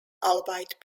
albeit